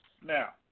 Now